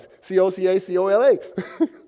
C-O-C-A-C-O-L-A